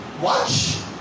watch